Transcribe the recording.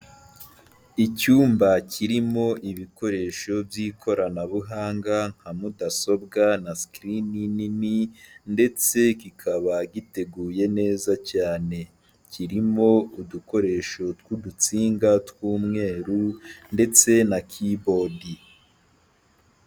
Icyumba kirimo ibikoresho by'ikoranabuhanga, nka mudasobwa na sikirini nini, ndetse kikaba giteguye neza cyane, kirimo udukoresho tw'udutsinga tw'umweru ndetse na kibodi